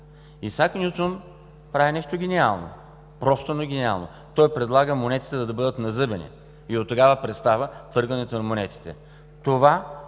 Исак Нютон прави нещо гениално – просто, но гениално. Той предлага монетите да бъдат назъбени и оттогава престава стъргането на монетите. Това